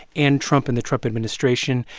and trump and the trump administration.